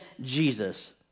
Jesus